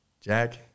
jack